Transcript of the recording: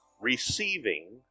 receiving